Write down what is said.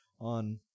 on